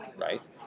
right